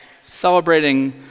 Celebrating